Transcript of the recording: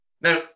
Now